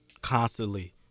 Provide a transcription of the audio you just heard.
constantly